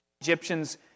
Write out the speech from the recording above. Egyptians